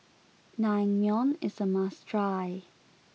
Naengmyeon is a must try